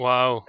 Wow